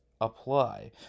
apply